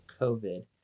COVID